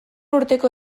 urteko